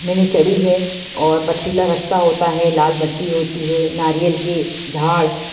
मैंने चढ़ी है और पथरीला रास्ता होता है लाल मट्टी होती है नारियल के झाड़